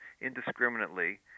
indiscriminately